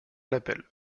l’appel